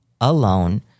alone